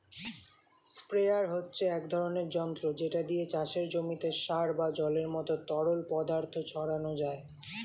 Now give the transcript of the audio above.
sprayer হচ্ছে এক ধরনের যন্ত্র যেটা দিয়ে চাষের জমিতে সার বা জলের মতো তরল পদার্থ ছড়ানো যায়